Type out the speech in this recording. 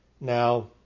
now